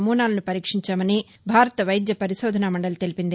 నమూనాలను పరీక్షించామని భారత వైద్య పరిశోధన మండలి తెలిపింది